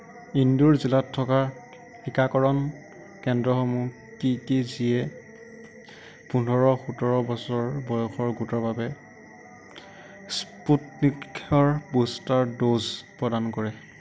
ইন্দোৰ জিলাত থকা টীকাকৰণ কেন্দ্ৰসমূহ কি কি যিয়ে পোন্ধৰ সোতৰ বছৰ বয়সৰ গোটৰ বাবে স্পুটনিকৰ বুষ্টাৰ ড'জ প্ৰদান কৰে